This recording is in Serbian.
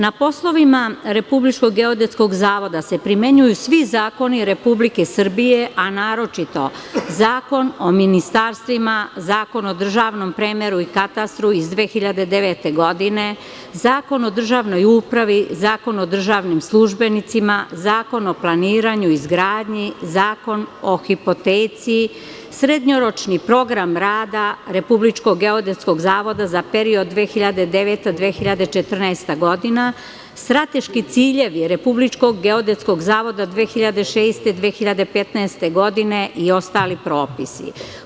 Na poslovima RGZ se primenjuju svi zakoni Republike Srbije, a naročito Zakon o ministarstvima, Zakon o državnom premeru i katastru iz 2009. godine, Zakon o državnoj upravi, Zakon o državnim službenicima, Zakon o planiranju i izgradnji, Zakon o hipoteci, srednjoročni program rada RGZ za period od 2009. do 2014. godine, strateški ciljevi RGZ 2006-20015. godine i ostali propisi.